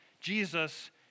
Jesus